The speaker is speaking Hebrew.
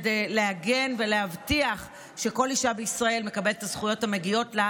כדי להגן ולהבטיח שכל אישה בישראל מקבלת את הזכויות המגיעות לה,